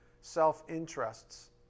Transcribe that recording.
self-interests